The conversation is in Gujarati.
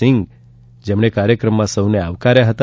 સિંઘે કાર્યક્રમમાં સૌને આવકાર્યાં હતા